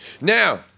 Now